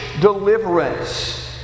deliverance